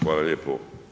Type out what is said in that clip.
Hvala lijepo.